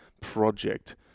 project